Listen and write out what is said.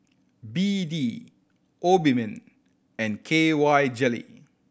B D Obimin and K Y Jelly